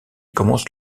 commence